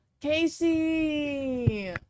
Casey